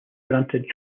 granted